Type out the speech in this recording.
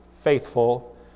faithful